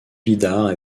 bidart